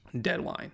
deadline